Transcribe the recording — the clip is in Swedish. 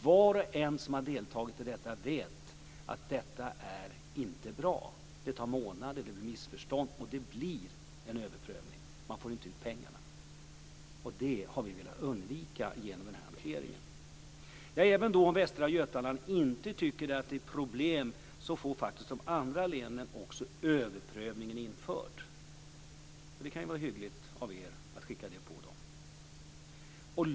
Var och en som har deltagit i detta vet att detta inte är bra. Det tar månader, det blir missförstånd och det blir en överprövning - man får inte ut pengarna. Det har vi velat undvika genom denna hantering. Även om Västra Götaland inte tycker att det är något problem, får de andra länen överprövningen införd. Det kan vara hyggligt av er att skicka detta på dem.